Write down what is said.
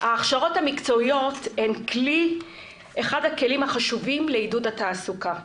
ההכשרות המקצועיות הן אחד הכלים החשובים לעידוד התעסוקה,